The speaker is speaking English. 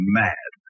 mad